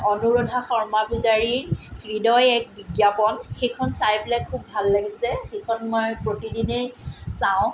অনুৰাধা শৰ্মাপূজাৰীৰ হৃদয় এক বিজ্ঞাপন সেইখন চাই পেলাই খুব ভাল লাগিছে সেইখন মই প্ৰতিদিনেই চাওঁ